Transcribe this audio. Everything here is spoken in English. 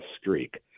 streak